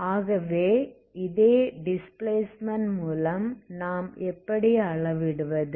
ஆகவே இதை டிஸ்பிளேஸ்ட்மென்ட் மூலம் நாம் எப்படி அளவிடுவது